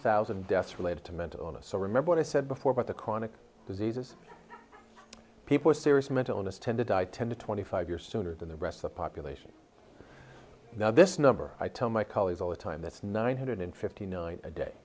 thousand deaths related to mental illness so remember what i said before about the chronic diseases people serious mental illness tend to die ten to twenty five years sooner than the rest of the population now this number i tell my colleagues all the time that's nine hundred fifty nine a day